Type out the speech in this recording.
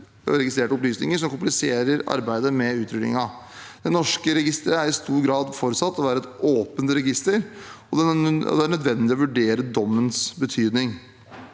og registrerte opplysninger, som kompliserer arbeidet med utrullingen. Det norske registeret er i stor grad forutsatt å være et åpent register, og det er nødvendig å vurdere dommens betydning.